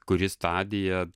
kuri stadija